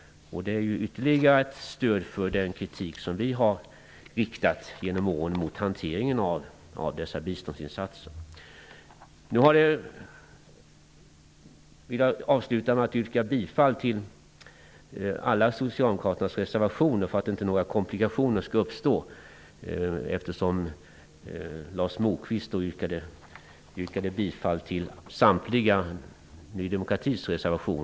Detta är ytterligare ett stöd för den kritik som vi genom åren har riktat mot hanteringen av dessa biståndsinsatser. Ny demokratis reservationer vill jag, för att inga komplikationer skall uppstå, avsluta med att yrka bifall till alla socialdemokratiska reservationer.